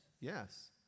Yes